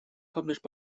published